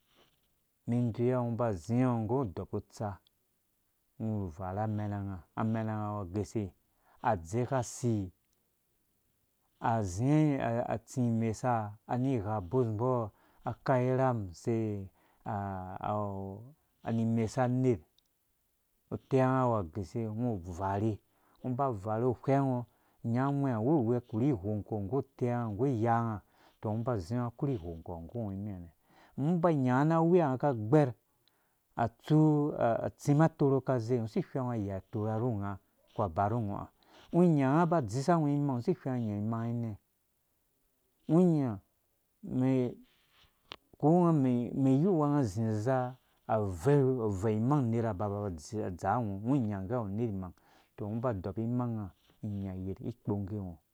Umum ideyiwa ungo nggu idɔbu utsa ungo uvara amenanga awu gɛse adzɛka usi azia atsi imesa ani igha ubɔimbo akai iram use a awu ani imesu we anar utɛnga awu agose ungo duvare ungo uha uvaru uhwɛngo unya ungwɛ ɛ wurwi ighongko nggu utɛnga nggu uyange tɔ ungo uba uziɔ unga akori ighongko nggu ungɔ nimi ha nɛ̃ ungo uba unya unga na awiya unga aka agbɛrh atu atsim atorho kaze sei ihwɛngngo ayei atorha ru ungga aku aba ru ungo ha ungo unya unga ka ba adzisa ungo imang isi ihwɛngngo anya imamga inɛ ungo ko unga mayuwa unga azi aza avɛu avɛu imang unera aba ba ba adze adzaa ungo ungo unya ugɛ awu uner imang tɔ uungo uba udɔbi imangnga inyayer ikpongge ungo